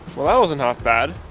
well that wasn't half bad,